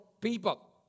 people